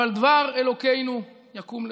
אבל דבר אלוקינו יקום לעולם.